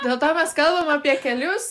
dėl to mes kalbam apie kelius